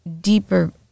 deeper